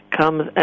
comes